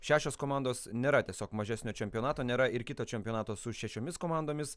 šešios komandos nėra tiesiog mažesnio čempionato nėra ir kito čempionato su šešiomis komandomis